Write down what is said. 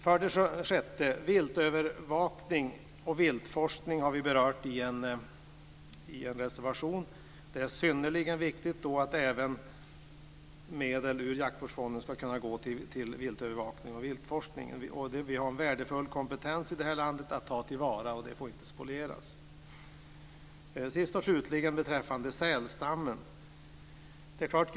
För det sjätte gäller det viltövervakningen och viltforskningen som vi berör i en reservation. Det är synnerligen viktigt att även medel ur jaktvårdsfonden kan gå till viltövervakning och viltforskning. Vi har en värdefull kompetens i vårt land att ta till vara. Detta får inte spolieras. För det sjunde och slutligen vill jag beträffande sälstammen säga följande.